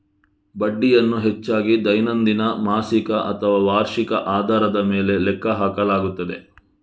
ಬಡ್ಡಿಯನ್ನು ಹೆಚ್ಚಾಗಿ ದೈನಂದಿನ, ಮಾಸಿಕ ಅಥವಾ ವಾರ್ಷಿಕ ಆಧಾರದ ಮೇಲೆ ಲೆಕ್ಕ ಹಾಕಲಾಗುತ್ತದೆ